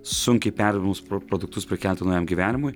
sunkiai perdirbamus pro produktus prikelti naujam gyvenimui